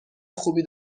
خوبی